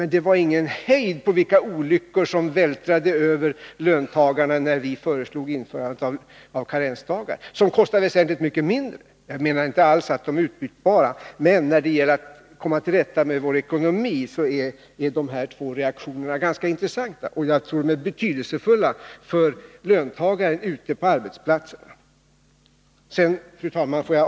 Men när vi föreslog införandet av karensdagarna, ett förslag som kostade väsentligt mindre, var det ingen hejd på talet om vilka olyckor som skulle vältra över löntagarna. Jag menar inte alls att de är utbytbara. Men när det gäller att komma till rätta med vår ekonomi är de båda reaktionerna ganska intressanta. Jag tror att de är betydelsefulla för löntagarna ute på arbetsplatserna. Fru talman!